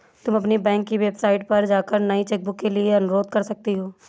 तुम अपनी बैंक की वेबसाइट पर जाकर नई चेकबुक के लिए अनुरोध कर सकती हो